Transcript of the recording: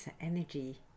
energy